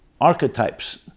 archetypes